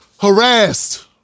harassed